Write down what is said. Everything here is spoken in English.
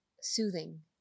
soothing